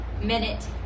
minute